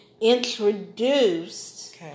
introduced